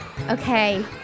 okay